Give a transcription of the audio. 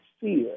fear